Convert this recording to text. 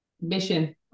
Mission